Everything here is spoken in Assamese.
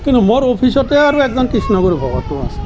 কিন্তু মোৰ অফিচতে আৰু এজন কৃষ্ণগুৰু ভকত আছে